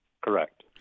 Correct